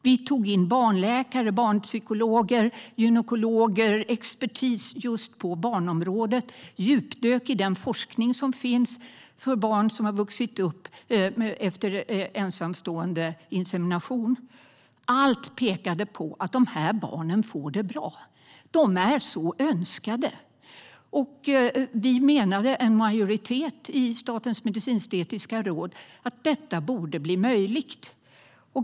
Vi tog in barnläkare, barnpsykologer, gynekologer, expertis på barnområdet och djupdök i den forskning som fanns om barn som vuxit upp efter insemination av ensamstående förälder. Allt pekade på att dessa barn hade det bra och var önskade. En majoritet i Statens medicinsk-etiska råd menade att detta borde bli möjligt.